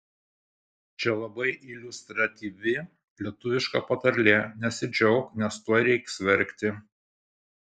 čia labai iliustratyvi lietuviška patarlė nesidžiauk nes tuoj reiks verkti